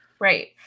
Right